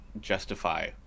justify